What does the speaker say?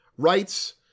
rights